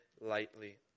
lightly